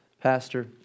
Pastor